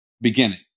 beginning